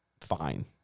fine